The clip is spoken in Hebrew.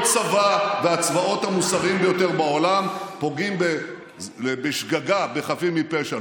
הצבאות המוסריים ביותר בעולם פוגעים בשגגה בחפים מפשע,